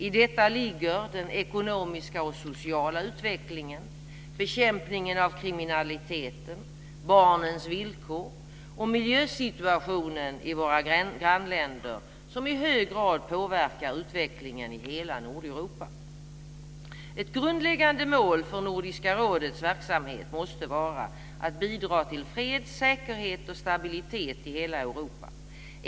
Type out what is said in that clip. I detta ligger den ekonomiska och sociala utvecklingen, bekämpningen av kriminaliteten, barnens villkor och miljösituationen i våra grannländer som i hög grad påverkar utvecklingen i hela Nordeuropa. Ett grundläggande mål för Nordiska rådets verksamhet måste vara att bidra till fred, säkerhet och stabilitet i hela Europa.